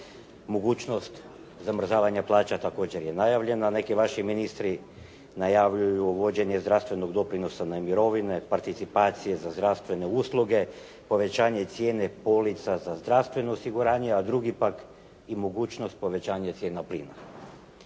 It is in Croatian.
Mogućnost zamrzavanja plaća također je najavljena. Neki vaši ministri najavljuju vođenje zdravstvenog doprinosa na mirovine, participacije za zdravstvene usluge, povećanje cijene polica za zdravstveno osiguranje, a drugi pak i mogućnost povećanje cijena plina.